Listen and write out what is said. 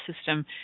system